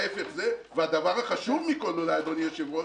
והדבר החשוב מכול, אדוני היושב-ראש